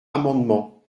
amendement